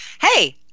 hey